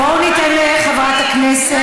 בואו ניתן לחברת הכנסת.